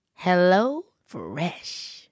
HelloFresh